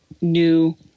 new